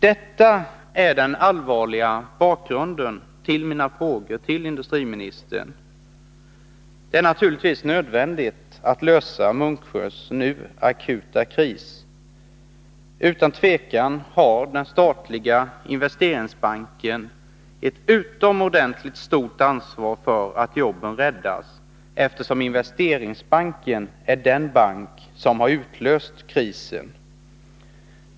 Detta är den allvarliga bakgrunden till mina frågor till industriministern. Det är naturligtvis nödvändigt att lösa Munksjös akuta kris. Utan tvivel har den statliga Investeringsbanken ett utomordentligt stort ansvar för att jobben räddas, eftersom Investeringsbanken är den bank som har utlöst krisen.